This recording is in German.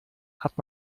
hat